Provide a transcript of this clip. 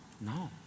no